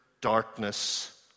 darkness